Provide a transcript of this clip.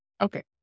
Okay